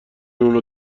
اونو